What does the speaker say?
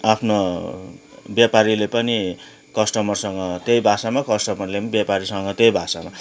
आफ्नो व्यापारीले पनि कस्टमरसँग त्यही भाषामा कस्टमरले पनि व्यापारीसँग त्यही भाषामा